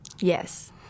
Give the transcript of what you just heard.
Yes